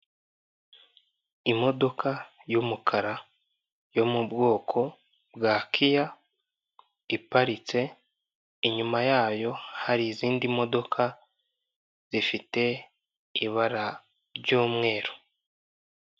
Imodoka y'umukara yo mu bwoko bwa kiya iparitse, inyuma yayo hari izindi modoka zifite ibara ry'umweru.